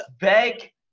Beg